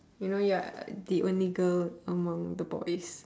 you know you're the only girl among the boys